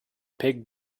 pig